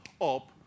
up